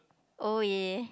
oh yeah